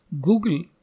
google